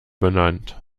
benannt